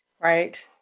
Right